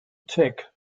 tech